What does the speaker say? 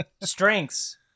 Strengths